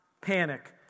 panic